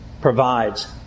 provides